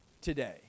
today